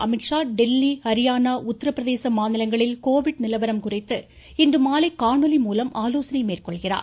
அமித்ஷா டெல்லி ஹரியானா உத்தரபிரதேச மாநிலங்களில் கோவிட் நிலவரம் குறித்து இன்று மாலை காணொலி மூலம் ஆலோசனை மேற்கொள்கிறார்